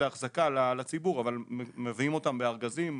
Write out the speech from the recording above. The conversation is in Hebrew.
להחזקה לציבור אבל מביאים אותם בארגזים,